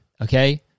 okay